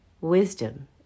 wisdom